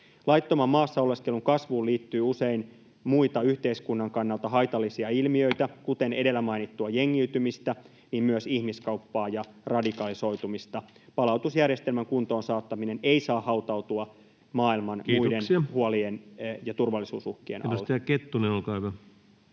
Laittoman maassa oleskelun kasvuun liittyy usein muita yhteiskunnan kannalta haitallisia ilmiöitä, kuten edellä mainittua jengiytymistä, myös ihmiskauppaa ja radikalisoitumista. Palautusjärjestelmän kuntoon saattaminen ei saa hautautua maailman muiden [Puhemies: Kiitoksia!] huolien ja